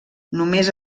només